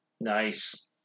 Nice